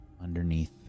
Underneath